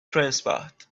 transport